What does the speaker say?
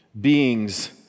beings